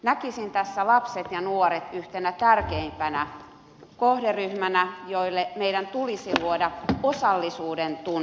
näkisin tässä lapset ja nuoret yhtenä tärkeimpänä kohderyhmänä jolle meidän tulisi luoda osallisuuden tunnetta